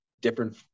different